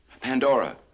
Pandora